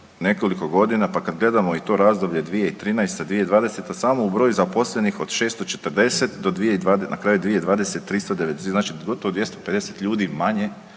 nekoliko godina, pa kad gledamo i to razdoblje 2013., 2020. Samo u broju zaposlenih od 640 na kraju 2020. 390. Znači gotovo 250 ljudi manje